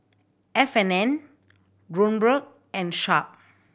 F and N Kronenbourg and Sharp